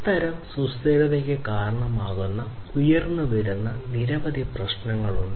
അത്തരം സുസ്ഥിരതയ്ക്ക് കാരണമാകുന്ന ഉയർന്നുവരുന്ന നിരവധി പ്രശ്നങ്ങൾ ഉണ്ട്